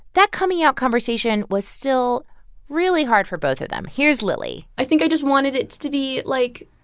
that coming out conversation was still really hard for both of them. here's lily i think i just wanted it to be, like,